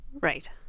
Right